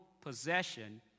possession